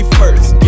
first